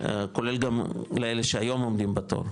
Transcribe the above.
כולל גם לאלה שהיום עומדים בתור,